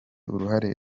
uruhare